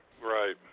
Right